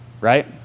right